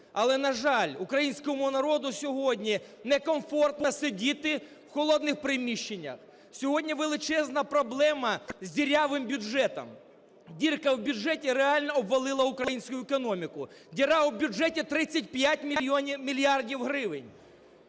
Але, на жаль, українському народу сьогодні некомфортно сьогодні сидіти в холодних приміщеннях. Сьогодні величезна проблема з дірявим бюджетом. Дірка у бюджеті реально обвалила українську економіку, діра в бюджеті в 35 мільярдів гривень.